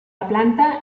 planta